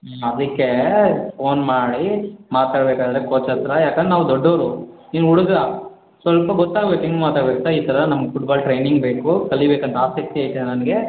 ಹ್ಞೂ ಅದಕ್ಕೆ ಫೋನ್ ಮಾಡಿ ಮಾತನಾಡ್ಬೇಕಾದ್ರೆ ಕೋಚ್ ಹತ್ತಿರ ಏಕೆಂದ್ರೆ ನಾವು ದೊಡ್ಡವರು ನೀನು ಹುಡುಗ ಸ್ವಲ್ಪ ಗೊತ್ತಾಗಬೇಕು ಹೆಂಗೆ ಮಾತಾಡಬೇಕು ಅಂತ ಈ ಥರ ನಮ್ಗೆ ಫುಟ್ಬಾಲ್ ಟ್ರೈನಿಂಗ್ ಬೇಕು ಕಲಿಬೇಕು ಅಂತ ಆಸಕ್ತಿ ಐತೆ ನನಗೆ